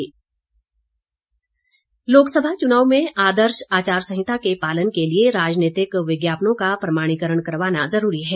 विज्ञापन लोकसभा चुनाव में आदर्श आचार संहिता के पालन के लिए राजनीतिक विज्ञापनों का प्रमाणीकरण करवाना ज़रूरी है